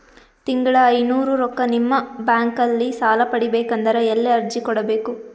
ತಿಂಗಳ ಐನೂರು ರೊಕ್ಕ ನಿಮ್ಮ ಬ್ಯಾಂಕ್ ಅಲ್ಲಿ ಸಾಲ ಪಡಿಬೇಕಂದರ ಎಲ್ಲ ಅರ್ಜಿ ಕೊಡಬೇಕು?